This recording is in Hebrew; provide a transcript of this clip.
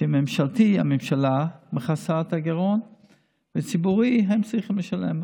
שאצל הממשלתי הממשלה מכסה את הגירעון ובציבורי הם צריכים לשלם,